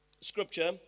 scripture